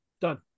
Done